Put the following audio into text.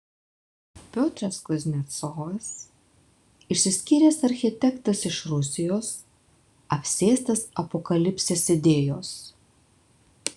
piotras kuznecovas išsiskyręs architektas iš rusijos apsėstas apokalipsės idėjos